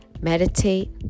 meditate